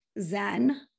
Zen